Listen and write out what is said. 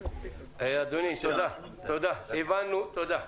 אדוני, הבנו, תודה.